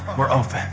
were opened,